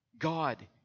God